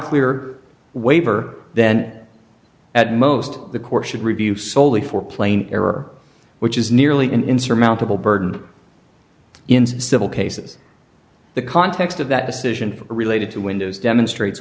clear waiver then at most the court should review soley for plain error which is nearly an insurmountable burden in civil cases the context of that decision related to windows demonstrates